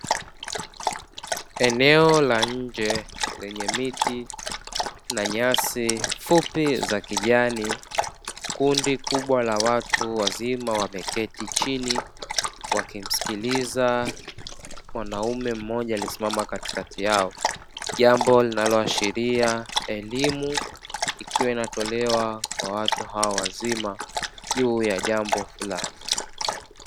Eneo la nje lenye miti na nyasi fupi za kijani, kundi kubwa la watu wazima wameketi chini wakimsikiliza mwanaume mmoja aliyesimama katikati yao, jambo linaloashiria elimu ikiwa inatolewa kwa watu hao wazima juu ya jambo fulani.